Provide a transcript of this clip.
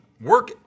work-